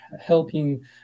helping